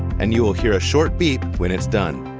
and you will hear a short beep when it's done.